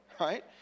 right